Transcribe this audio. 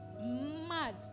mad